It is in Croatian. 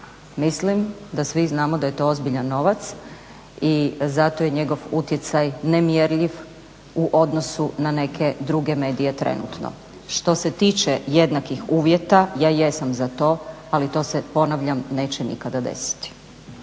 mislim da svi znamo da je to ozbiljan novac i zato je njegov utjecaj nemjerljiv u odnosu na neke druge medije trenutno. Što se tiče jednakih uvjeta, ja jesam za to ali to se ponavljam, neće nikada desiti.